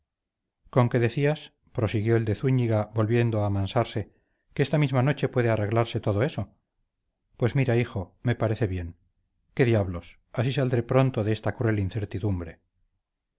conque decías prosiguió el de zúñiga volviendo a amansarse que esta misma noche puede arreglarse todo eso pues mira me parece muy bien qué diablos así saldré pronto de esta cruel incertidumbre